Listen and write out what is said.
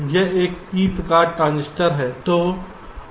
यह एक पी प्रकार ट्रांजिस्टर है